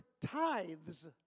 tithes